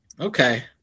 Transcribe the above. Okay